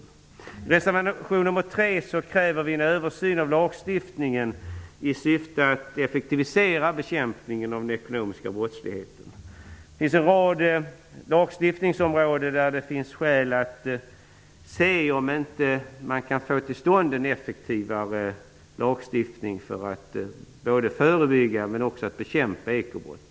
I reservation nr 3 kräver vi en översyn av lagstiftningen i syfte att effektivisera bekämpningen av den ekonomiska brottsligheten. Det finns på en rad lagstiftningsområden skäl att se efter om man inte kan få till stånd en effektivare lagstiftning både för att förebygga och för att bekämpa ekobrott.